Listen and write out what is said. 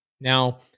Now